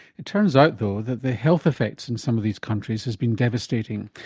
it turns out though that the health effects in some of these countries has been devastating.